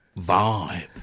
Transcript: vibe